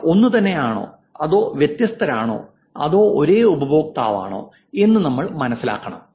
അവർ ഒന്നുതന്നെയാണോ അതോ വ്യത്യസ്തരാണോ അതോ ഒരേ ഉപയോക്താവാണോ എന്ന് നമ്മൾ മനസ്സിലാക്കണം